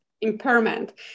impairment